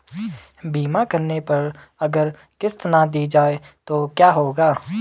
बीमा करने पर अगर किश्त ना दी जाये तो क्या होगा?